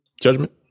Judgment